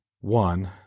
one